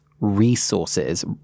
resources